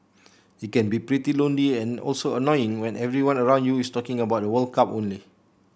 it can be pretty lonely and also annoying when everyone around you is talking about the World Cup only